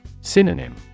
Synonym